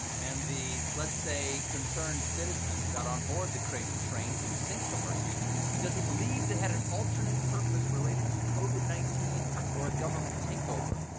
and the let's say, concerned citizen got onboard the crazy train to sink the mercy because he believed it had an alternate purpose related to covid nineteen or a government takeover.